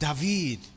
David